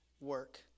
work